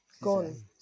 Gone